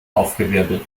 aufgewirbelt